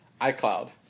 iCloud